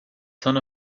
son